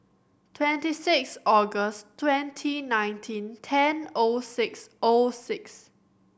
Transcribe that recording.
twenty six August twenty nineteen ten O six O six